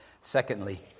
Secondly